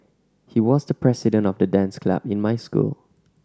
he was the president of the dance club in my school